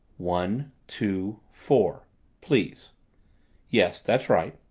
one two four please yes, that's right.